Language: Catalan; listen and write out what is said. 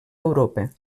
europa